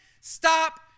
stop